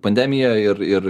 pandemija ir ir